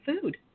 food